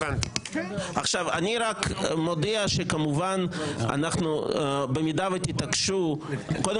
אני מודיע שבמידה ותתעקשו --- אני